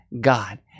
God